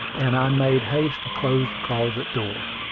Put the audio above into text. and i made haste to close the closet-door.